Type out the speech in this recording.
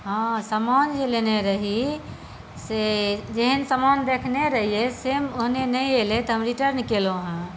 हँ समान जे लेने रही से जेहन समान देखने रहियै सेम ओहने नहि अयलै तऽ हम रिटर्न कएलहुॅं हँ